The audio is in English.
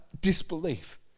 disbelief